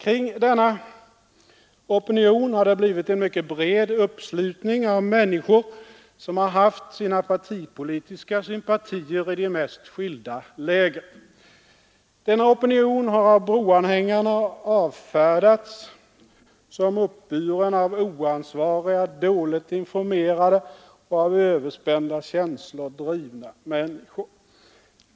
Kring denna opinion har det blivit en mycket bred uppslutning av människor som haft sina partipolitiska sympatier i de mest skilda läger. Denna opinion har av broanhängarna avfärdats som uppburen av oansvariga, dåligt informerade och av överspända känslor drivna människor.